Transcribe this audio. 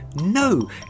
no